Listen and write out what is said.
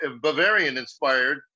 Bavarian-inspired